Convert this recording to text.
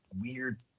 weird